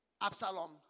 Absalom